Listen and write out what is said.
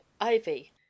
ivy